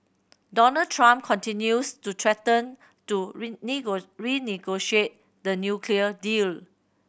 Donald Trump continues to threaten to renegotiate the nuclear deal